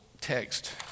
text